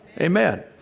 Amen